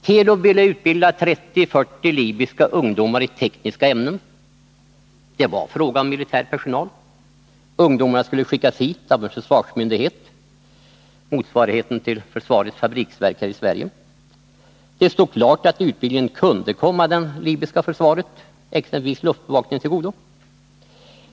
Telub ville utbilda 30-40 libyska ungdomar i tekniska ämnen. Det var fråga om militär personal, ungdomarna skulle skickas hit av en försvarsmyndighet — motsvarigheten till försvarets fabriksverk här i Sverige — och det stod klart att utbildningen kunde komma det libyska försvaret, exempelvis luftbevakningen, till godo.